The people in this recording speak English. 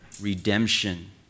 redemption